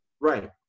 Right